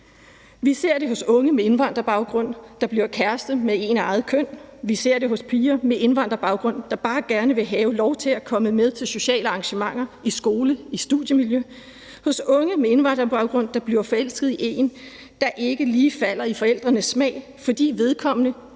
Vi ser det hos unge med indvandrerbaggrund, der bliver kærester med en af eget køn. Vi ser det hos piger med indvandrerbaggrund, der bare gerne vil have lov til at komme med til sociale arrangementer, i skole, i studiemiljø, hos unge med indvandrerbaggrund, der bliver forelsket i en, der ikke lige falder i forældrenes smag, fordi vedkommende